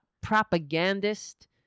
propagandist